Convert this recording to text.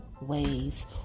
ways